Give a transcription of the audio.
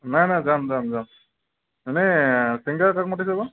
নাই নাই যাম যাম যাম এনেই চিংগাৰ কাক মাতিছে বা